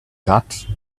that